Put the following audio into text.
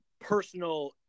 personal